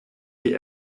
die